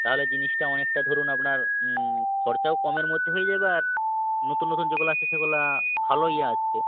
তাহলে জিনিসটা অনেকটা ধরুন আপনার খরচাও কমের মধ্যে হয়ে যাবে আর নতুন নতুন যেগুলা আসছে সেগুলা ভালোই আসছে